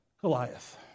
Goliath